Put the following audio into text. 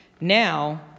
Now